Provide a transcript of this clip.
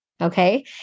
okay